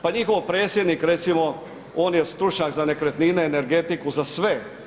Pa njihov predsjednik recimo on je stručnjak za nekretnine, energetiku za sve.